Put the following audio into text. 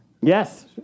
Yes